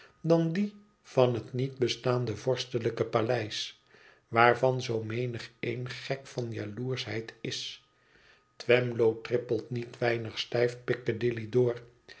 dan die van hetniet bestaande vorstelijke paleis waarvan zoo menigeen gek van jaloerschheid is twemlow trippelt niet weinig stijf piccadilly door